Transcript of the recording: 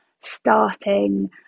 starting